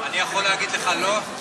אני יכול להגיד לך לא?